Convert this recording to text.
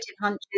hunches